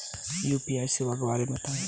UPI सेवाओं के बारे में बताएँ?